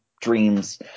dreams